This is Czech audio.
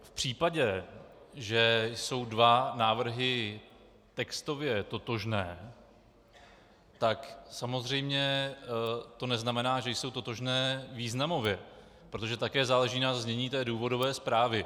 V případě, že jsou dva návrhy textově totožné, tak samozřejmě to neznamená, že jsou totožné významově, protože také záleží na znění té důvodové zprávy.